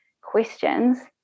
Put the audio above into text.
questions